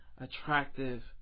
attractive